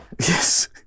Yes